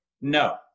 no